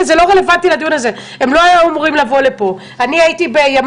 כי זה לא רלוונטי לדיון הזה הם לא היו אמורים לבוא לפה.